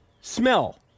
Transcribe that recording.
smell